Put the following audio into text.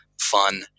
fun